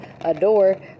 adore